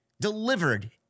delivered